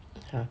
ha